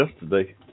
yesterday